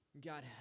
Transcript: God